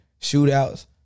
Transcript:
shootouts